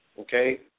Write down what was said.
okay